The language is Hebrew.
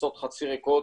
הטיסות חצי ריקות,